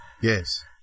Yes